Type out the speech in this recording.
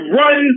run